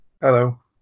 Hello